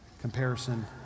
comparison